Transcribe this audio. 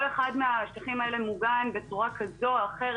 כל אחד מהשטחים האלה מוגן בצורה כזו או אחרת,